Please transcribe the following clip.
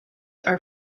are